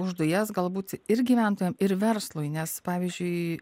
už dujas galbūt ir gyventojam ir verslui nes pavyzdžiui